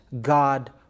God